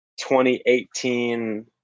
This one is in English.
2018